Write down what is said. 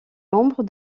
membre